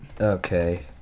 Okay